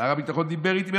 שר הביטחון דיבר איתי מראש.